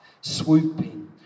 swooping